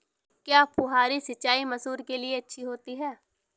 क्या फुहारी सिंचाई मसूर के लिए अच्छी होती है?